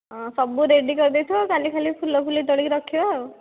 ହୁଁ ହଁ ସବୁ ରେଡି କରିଦେଇଥିବ କାଲି ଖାଲି ଫୁଲ ଫୁଲି ତୋଳିକି ରଖିବା ଆଉ